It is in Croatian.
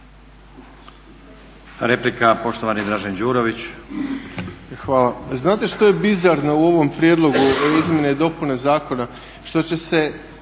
Đurović. **Đurović, Dražen (HDSSB)** Hvala. Znate što je bizarno u ovom prijedlogu izmjene i dopune zakona,